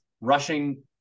rushing